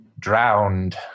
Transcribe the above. Drowned